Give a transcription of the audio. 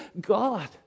God